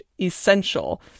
essential